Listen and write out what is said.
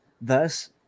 thus